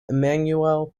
emmanuel